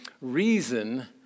reason